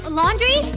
laundry